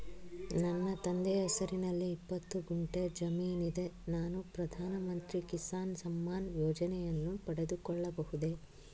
ನನ್ನ ತಂದೆಯ ಹೆಸರಿನಲ್ಲಿ ಇಪ್ಪತ್ತು ಗುಂಟೆ ಜಮೀನಿದೆ ನಾನು ಪ್ರಧಾನ ಮಂತ್ರಿ ಕಿಸಾನ್ ಸಮ್ಮಾನ್ ಯೋಜನೆಯನ್ನು ಪಡೆದುಕೊಳ್ಳಬಹುದೇ?